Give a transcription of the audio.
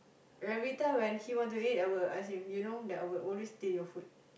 everytime when he want to eat I will ask him you know I will always steal your food